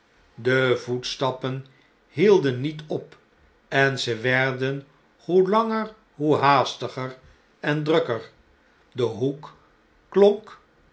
de voetstappen hielden niet op en ze werden hoe langer hoe haastiger en drukker de hoek klonk